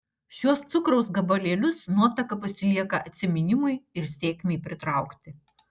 šiuos cukraus gabalėlius nuotaka pasilieka atsiminimui ir sėkmei pritraukti